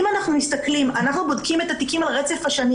אנחנו מסתכלים אנחנו בודקים את התיקים על רצף השנים